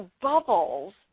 bubbles